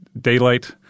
daylight